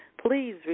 Please